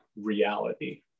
reality